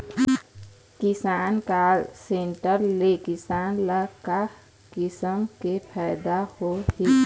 किसान call centre ले किसान ल का किसम के फायदा होही?